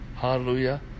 Hallelujah